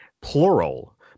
plural